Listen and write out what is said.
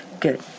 Good